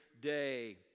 day